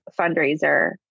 fundraiser